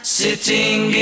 sitting